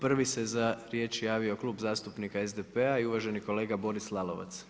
Prvi se za riječ javio Klub zastupnika SDP-a i uvaženi kolega Boris Lalovac.